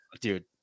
dude